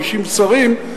50 שרים,